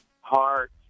heart